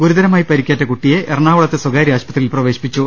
ഗുരുതരമായി പരിക്കേറ്റ കുട്ടിയെ എറണാകുളത്തെ സ്ഥകാര്യ ആശുപത്രിയിൽ പ്രവേശിപ്പിച്ചു